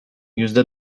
yüzde